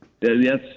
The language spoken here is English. yes